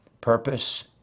purpose